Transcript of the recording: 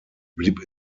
blieb